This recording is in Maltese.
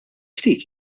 ftit